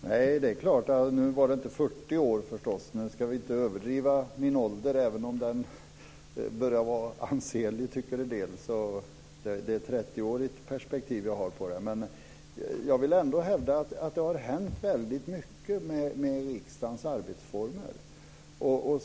Fru talman! Nu var det förstås inte 40 år. Vi ska inte överdriva min ålder, även om en del tycker att den börjar bli ansenlig. Det är ett 30-årigt perspektiv jag har. Jag vill ändå hävda hänt väldigt mycket med riksdagens arbetsformer.